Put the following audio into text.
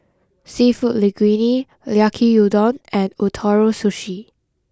Seafood Linguine Yaki Udon and Ootoro Sushi